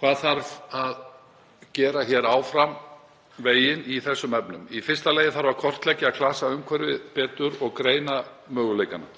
hvað þarf að gera til að halda áfram veginn í þessum efnum. Í fyrsta lagi þarf að kortleggja klasaumhverfið betur og greina möguleikana.